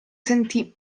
sentì